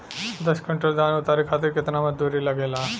दस क्विंटल धान उतारे खातिर कितना मजदूरी लगे ला?